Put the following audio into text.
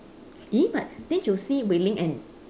but didn't you see wei-ling and